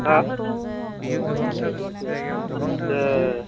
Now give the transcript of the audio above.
हा ए